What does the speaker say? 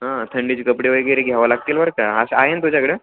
हां थंडीचे कपडे वगैरे घ्यावं लागतील बरं का असं आहे ना तुझ्याकडं